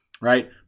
right